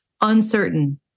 uncertain